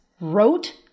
wrote